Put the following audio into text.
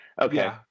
Okay